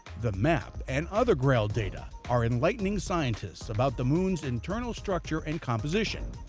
the map and other grail data are enlightening scientists about the moon's internal structure and composition,